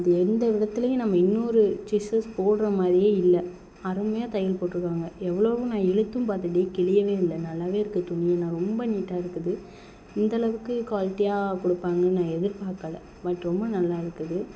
இது எந்த இடத்துலியும் நம்ம இன்னொரு ஸ்டிச்சஸ் போட்ற மாதிரியே இல்லை அருமையாக தையல் போட்யிருக்காங்க எவ்வளோவும் நான் இழுத்தும் பார்த்துடே கிழியவே இல்லை நல்லாவே இருக்கு துணியெல்லாம் ரொம்ப நீட்டாக இருக்குது இந்தளவுக்கு குவாலிட்டியாக கொடுப்பாங்கன்னு நான் எதிர் பார்க்கல பட் ரொம்ப நல்லா இருக்குது